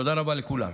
תודה רבה לכולם.